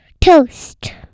Toast